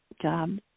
job